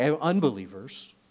unbelievers